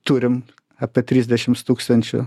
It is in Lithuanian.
turim apie trisdešims tūkstančių